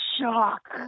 shock